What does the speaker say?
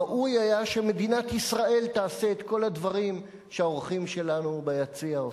ראוי היה שמדינת ישראל תעשה את כל הדברים שהאורחים שלנו ביציע עושים.